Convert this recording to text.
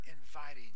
inviting